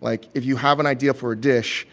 like, if you have an idea for a dish